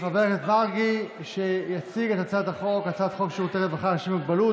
חבר הכנסת מרגי יציג את הצעת החוק שירותי רווחה לאנשים עם מוגבלות,